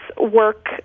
work